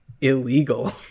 illegal